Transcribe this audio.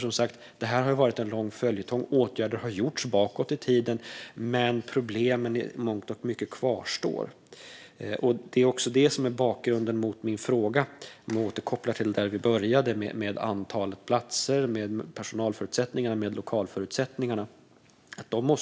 Det här har som sagt varit en lång följetong. Åtgärder har vidtagits tidigare, men problemen kvarstår i mångt och mycket. Om jag får återkoppla till det vi började med vad gäller antalet platser och lokal och personalförutsättningarna är detta också bakgrunden till min interpellation.